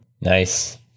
Nice